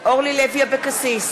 אורלי לוי אבקסיס,